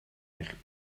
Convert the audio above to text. eich